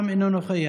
גם הוא אינו נוכח.